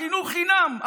החינוך חינם,